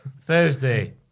Thursday